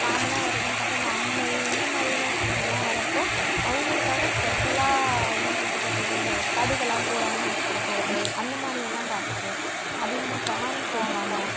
காமனாக வரதுன்னு பார்த்தா இந்த அம்மை இந்த மாதிரியான விஷயங்கள்லாம் வரப்போ அவங்களுக்காக ஸ்பெஷலாக என்ன செஞ்சு கொடுக்கறது இந்த கடுகெல்லாம் போடாமல் செஞ்சு கொடுக்கிறது அந்த மாதிரியெல்லாம் பார்த்துக்குவோம் அதிகமாக காரம் சேர்க்காம